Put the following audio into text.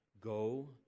Go